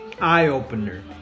eye-opener